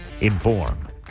inform